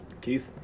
Keith